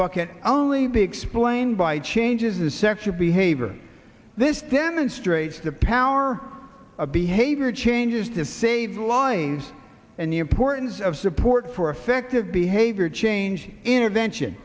bucket only be explained by changes in sexual behavior this demonstrates the power of behavior changes to save lives and the importance of support for effective behavior change intervention